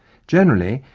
generally,